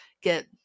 get